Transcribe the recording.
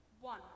One